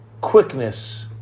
quickness